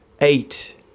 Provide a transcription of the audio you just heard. eight